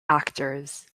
actors